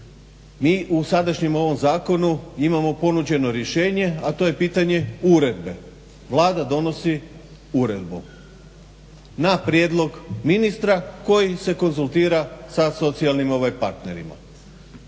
Mi u sadašnjem ovom zakonu imamo ponuđeno rješenje, a to je pitanje uredbe. Vlada donosi uredbu na prijedlog ministra koji se konzultira sa socijalnim partnerima.